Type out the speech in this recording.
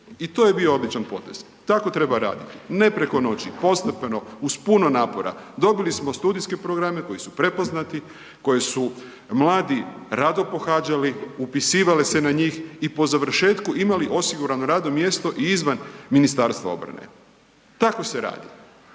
i to je bio običan potez tako treba raditi, ne preko noći, postepeno uz puno napora. Dobili smo studijske program koji su prepoznati, koje su mladi rado pohađali, upisivali se na njih i po završetku imali osigurano radno mjesto i izvan Ministarstva obrane. Tako se radi.